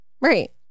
right